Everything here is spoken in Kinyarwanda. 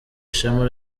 ishema